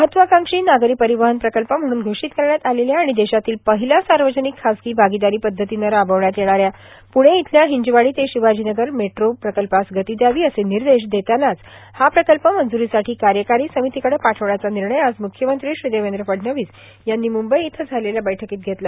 महत्वाकांक्षी नागरी परिवहन प्रकल्प म्हणून घोषित करण्यात आलेल्या आणि देशातील पहिला सार्वजनिक खासगी भागीदारी पद्धतीनं राबविण्यात येणाऱ्या पुणे येथील हिंजवडी ते शिवाजीनगर मेट्रो प्रकल्पास गती द्यावी असे निर्देश देतानाच हा प्रकल्प मंजुरीसाठी कार्यकारी समितीकडं पाठविण्याचा निर्णय आज मुख्यमंत्री श्री देवेंद्र फडणवीस यांनी मुंबई इथं झालेल्या बैठकीत घेतला